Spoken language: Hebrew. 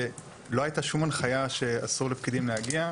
שלא הייתה שום הנחייה שאסור לפקידים להגיע.